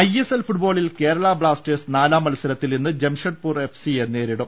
I S L ഫുട്ബോളിൽ Kerala Blasters നാലാം മത്സരത്തിൽ ഇന്ന് ജംഷഡ്പൂർ എഫ് സിയെ നേരിടും